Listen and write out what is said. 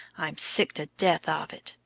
i'm sick to death of it.